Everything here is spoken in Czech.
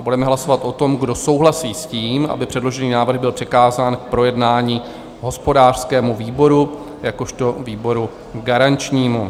Budeme hlasovat o tom, kdo souhlasí s tím, aby předložený návrh byl přikázán k projednání hospodářskému výboru jako výboru garančnímu.